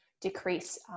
decrease